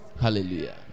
Hallelujah